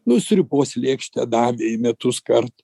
nu sriubos lėkštę davė į metus kart